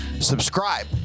subscribe